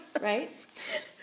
Right